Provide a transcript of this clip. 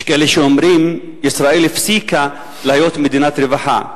יש כאלה שאומרים שישראל הפסיקה להיות מדינת רווחה.